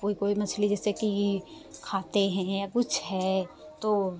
कोई कोई मछली जैसे कि खाते हैं या कुछ है तो